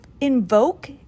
invoke